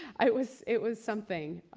it was it was something.